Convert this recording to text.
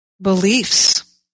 beliefs